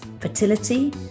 fertility